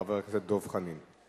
חבר הכנסת דב חנין.